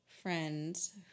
friends